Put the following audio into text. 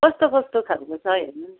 कस्तो कस्तो खालको छ हेर्नु नि